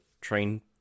train